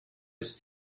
ist